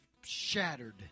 shattered